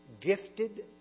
gifted